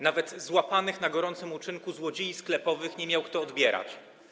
Nawet złapanych na gorącym uczynku złodziei sklepowych nie miał kto odbierać.